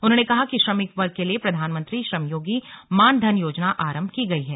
उन्होंने कहा कि श्रमिक वर्ग के लिए प्रधानमंत्री श्रमयोगी मानधन योजना आरम्भ की गई है